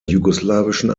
jugoslawischen